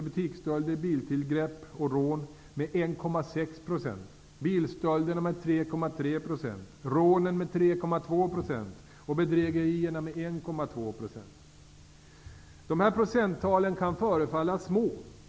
butiksstölder, biltillgrepp och rån -- med 1,6 %, bilstölderna med 3,3 %, rånen med 3,2 % och bedrägerierna med 1,2 %. De här procenttalen kan förefalla låga.